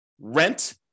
rent